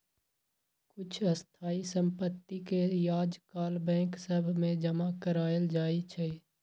कुछ स्थाइ सम्पति के याजकाल बैंक सभ में जमा करायल जाइ छइ